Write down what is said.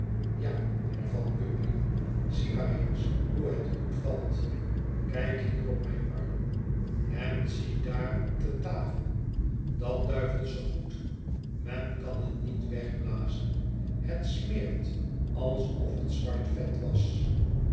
ja hervat guppy zie maar eens hoe het roet valt kijk hier op mijn arm en zie daar op de tafel dat duivelsche goed men kan het niet wegblazen het smeert alsof het zwart vet was